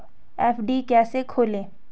FD कैसे खोलें?